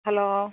hello